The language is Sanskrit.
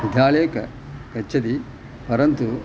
विद्यालये गच्छति परन्तु